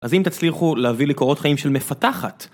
אז אם תצליחו להביא לי קורות חיים של מפתחת.